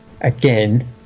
again